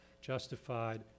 justified